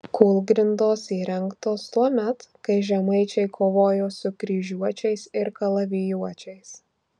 kūlgrindos įrengtos tuomet kai žemaičiai kovojo su kryžiuočiais ir kalavijuočiais